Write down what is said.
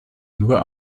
nur